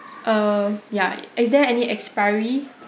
err ya is there any expiry